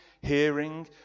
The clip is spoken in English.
hearing